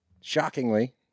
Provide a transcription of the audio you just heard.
shockingly